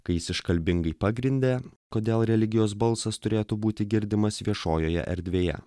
kai jis iškalbingai pagrindė kodėl religijos balsas turėtų būti girdimas viešojoje erdvėje